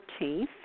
14th